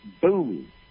boom